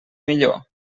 millor